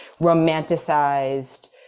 Romanticized